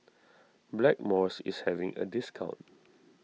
Blackmores is having a discount